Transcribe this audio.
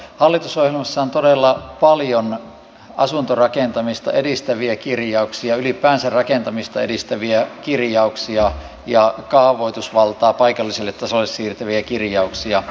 hallitusohjelmassa on todella paljon asuntorakentamista edistäviä kirjauksia ylipäänsä rakentamista edistäviä kirjauksia ja kaavoitusvaltaa paikallisille tasoille siirtäviä kirjauksia